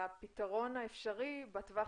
הפתרון האפשרי בטווח